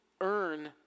earn